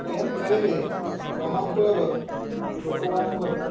game ଖେଳିଲେ ଗ୍ରାମାଞ୍ଚଳର ଲୋକମାନଙ୍କର